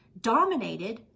Dominated